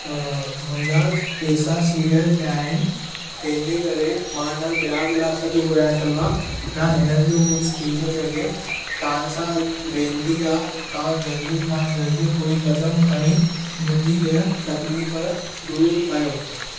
मुंहिंजा पेसा सीड़यलु पिया आहिनि तंहिंजे करे मां न ॿिया गिलास थो घुराये सघां न हिननि जो कुझु थी थो सघे तव्हां सां वेनिती आहे तव्हां जल्दी खां जल्दी कोई कदमु खणी मुंहिंजी हीअ तकलीफ़ दूर कयो